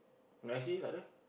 I see tak ada